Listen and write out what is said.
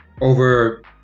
over